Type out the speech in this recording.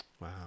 Wow